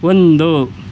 ಒಂದು